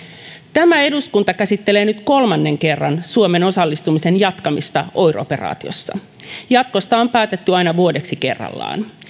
tämä eduskunta käsittelee nyt kolmannen kerran suomen osallistumisen jatkamista oir operaatiossa jatkosta on päätetty aina vuodeksi kerrallaan